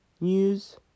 news